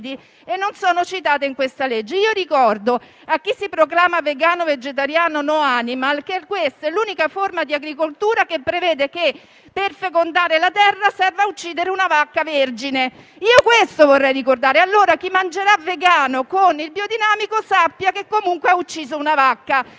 e non sono citate nella legge al nostro esame. Ricordo a chi si proclama vegano, vegetariano e *no* *animal* che questa è l'unica forma di agricoltura che prevede che per fecondare la terra serva uccidere una vacca vergine. Questo vorrei ricordare. Allora chi mangerà vegano biodinamico sappia che comunque ha ucciso una vacca,